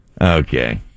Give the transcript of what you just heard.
Okay